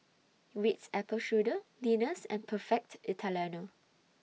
Ritz Apple Strudel Lenas and Perfect Italiano